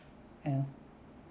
yeah